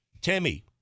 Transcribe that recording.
Timmy